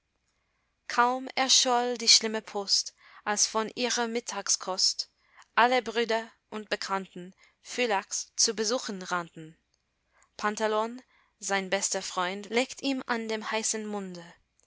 kaum erscholl die schlimme post als von ihrer mittagskost alle brüder und bekannten phylax zu besuchen rannten pantelon sein bester freund leckt ihm an dem heißen munde